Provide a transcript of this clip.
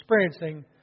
experiencing